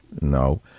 No